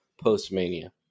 post-Mania